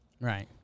Right